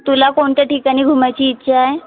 तुला कोणत्या ठिकाणी घुमायची इच्छा आहे